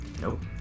Nope